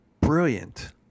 brilliant